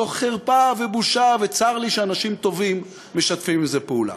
זו חרפה ובושה וצר לי שאנשים טובים משתפים עם זה פעולה.